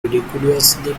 ridiculously